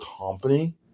company